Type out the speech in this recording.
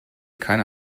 keine